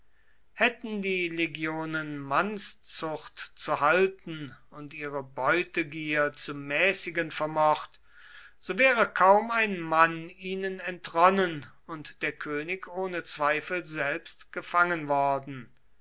hätten die legionen mannszucht zu halten und ihre beutegier zu mäßigen vermocht so wäre kaum ein mann ihnen entronnen und der könig ohne zweifel selbst gefangen worden